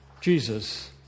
Jesus